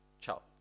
ciao